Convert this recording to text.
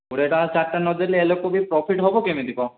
କୋଡ଼ିଏ ଟଙ୍କାରେ ଚାରିଟା ନ ଦେଲେ ଏ ଲୋକକୁ ବି ପ୍ରଫିଟ୍ ହେବ କେମିତି କ'ଣ